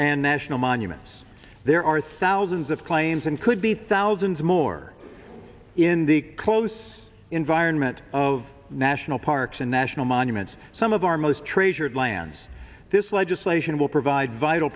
and national monuments there are thousands of claims and could be thousands more in the close environment of national parks and national monuments some of our most treasured lands this legislation will provide vital